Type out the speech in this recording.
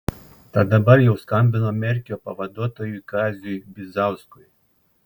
tad dabar jau skambino merkio pavaduotojui kaziui bizauskui